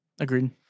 Agreed